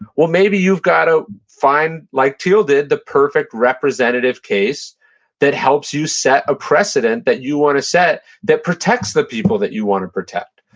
well, maybe you've got to find, like thiel did, the perfect representative case that helps you set a precedent that you want to set that protects the people that you want to protect.